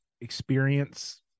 experience